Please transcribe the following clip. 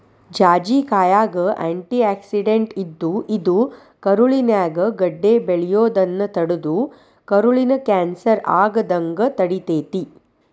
ಜಾಜಿಕಾಯಾಗ antioxidant ಇದ್ದು, ಇದು ಕರುಳಿನ್ಯಾಗ ಗಡ್ಡೆ ಬೆಳಿಯೋದನ್ನ ತಡದು ಕರುಳಿನ ಕ್ಯಾನ್ಸರ್ ಆಗದಂಗ ತಡಿತೇತಿ